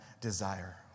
desire